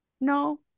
no